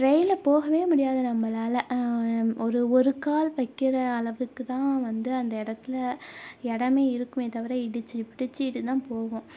டிரெயினில் போகவே முடியாது நம்பளால் ஒரு ஒரு கால் வைக்கிற அளவுக்குதான் வந்து அந்த எடத்தில் இடமே இருக்குமே தவிர இடுச்சு பிடிச்சிகிட்டுதா போவோம்